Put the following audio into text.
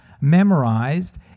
memorized